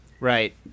Right